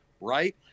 right